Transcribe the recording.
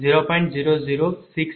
0155748 j0